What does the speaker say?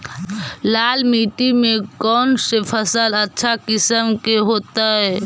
लाल मिट्टी में कौन से फसल अच्छा किस्म के होतै?